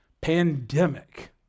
pandemic